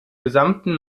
gesamten